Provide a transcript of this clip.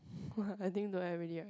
I think don't have already right